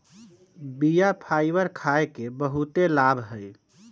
बीया फाइबर खाय के बहुते लाभ हइ